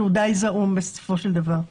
שהוא די זעום בסופו של דבר.